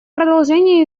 продолжения